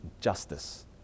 justice